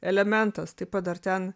elementas taip pat dar ten